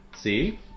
See